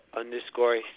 underscore